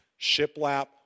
shiplap